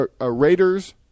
Raiders